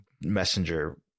Messenger